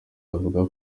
avuga